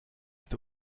est